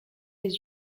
les